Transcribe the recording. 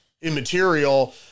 immaterial